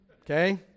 okay